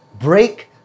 Break